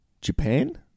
Japan